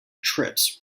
trips